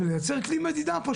ולייצר כלי מדידה.